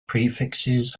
prefixes